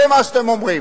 זה מה שאתם אומרים.